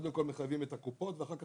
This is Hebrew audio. קודם כול מחייבים את הקופות ואחר כך